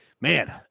man